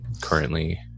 currently